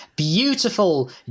Beautiful